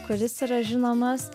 kuris yra žinomas